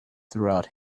throughout